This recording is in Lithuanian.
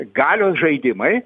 galios žaidimai